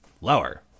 lower